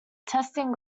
testing